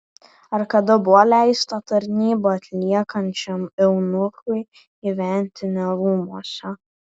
ar kada buvo leista tarnybą atliekančiam eunuchui gyventi ne rūmuose